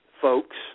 folks